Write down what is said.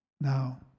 Now